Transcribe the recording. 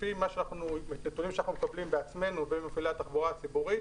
לפי מה שאנחנו מקבלים ממפעילי התחבורה הציבורית,